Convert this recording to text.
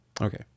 Okay